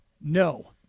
no